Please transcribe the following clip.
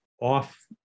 off